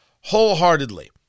wholeheartedly